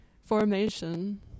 formation